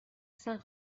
saint